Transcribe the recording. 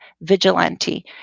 vigilante